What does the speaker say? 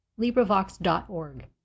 LibriVox.org